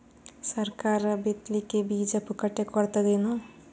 ಸರಕಾರ ಬಿತ್ ಲಿಕ್ಕೆ ಬೀಜ ಪುಕ್ಕಟೆ ಕೊಡತದೇನು?